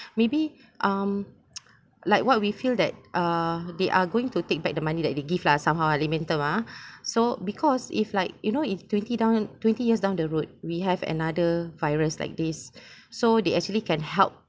maybe um like what we feel that uh they are going to take back the money that they give lah somehow layman term ah so because if like you know if twenty down twenty years down the road we have another virus like this so they actually can help